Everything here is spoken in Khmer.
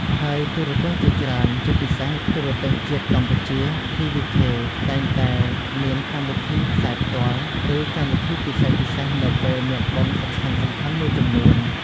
ហើយទូរទស្សន៍ជាច្រើន ជាពិសេស ទូរទស្សន៍ជាតិកម្ពុជា TVK តែងតែមានកម្មវិធីផ្សាយផ្ទាល់ ឬកម្មវិធីពិសេសៗនៅពេលមានបុណ្យសំខាន់ៗមួយចំនួន។